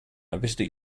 visited